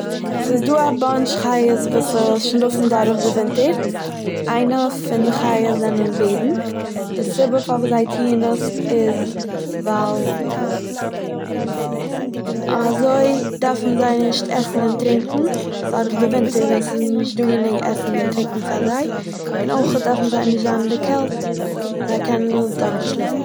ס'איז דא א באנטש חיות וואס ס'שלאפן דורך די ווינטער איינער פון די חיות איז בערן, די סיבה פארוואס זיי טוהן עס איז ווייל אזוי דארפן זיי נישט עסן און טרינקען, דורך די ווינטער, ווען ס'נישט דא גענוג עסן און טרינקען פאר זיי, און אויכעט דארפן זיי נישט זיין אין די קעלט זיי קענען עס דורכשלאפן.